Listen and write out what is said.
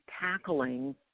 tackling